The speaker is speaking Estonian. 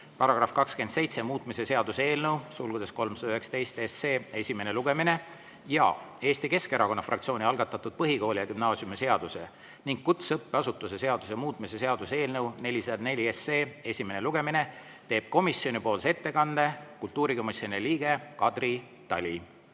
seaduse § 27 muutmise seaduse eelnõu 319 esimene lugemine ja Eesti Keskerakonna fraktsiooni algatatud põhikooli- ja gümnaasiumiseaduse ning kutseõppeasutuse seaduse muutmise seaduse eelnõu 404 esimene lugemine, teeb komisjonipoolse ettekande kultuurikomisjoni liige Kadri Tali. Head